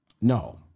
No